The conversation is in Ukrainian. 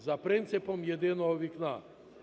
за принципом "єдиного вікна"